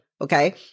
Okay